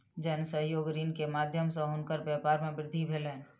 जन सहयोग ऋण के माध्यम सॅ हुनकर व्यापार मे वृद्धि भेलैन